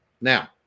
Now